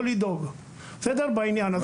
לא לדאוג בעניין הזה.